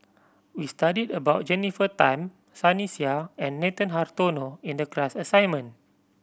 we studied about Jennifer Tham Sunny Sia and Nathan Hartono in the class assignment